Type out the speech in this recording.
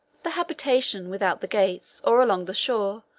the habitations without the gates, or along the shore,